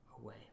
away